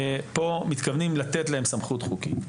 מתכוונים לתת להם סמכות חוקית,